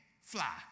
fly